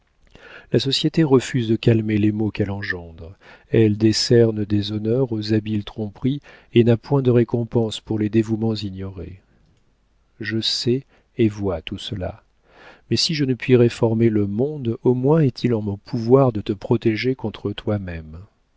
la société refuse de calmer les maux qu'elle engendre elle décerne des honneurs aux habiles tromperies et n'a point de récompenses pour les dévouements ignorés je sais et vois tout cela mais si je ne puis réformer le monde au moins est-il en mon pouvoir de te protéger contre toi-même